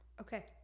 okay